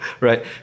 Right